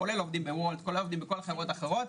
כולל העובדים בוולט ובכל החברות האחרות,